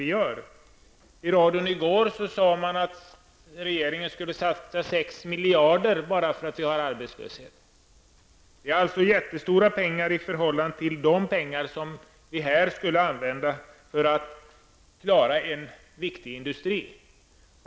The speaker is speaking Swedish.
Det sades i radion i går att regeringen skall satsa 6 miljarder för åtgärader med anledning av arbetslösheten. Det är oerhört mycket pengar i förhållande till vad som här skulle användas för att klara en viktig industri.